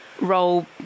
role